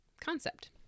concept